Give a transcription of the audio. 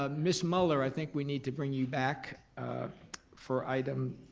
ah miss muller, i think we need to bring you back for item